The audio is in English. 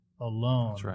alone